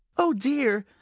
oh, dear!